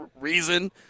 reason